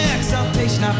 exaltation